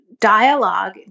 dialogue